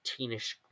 teenish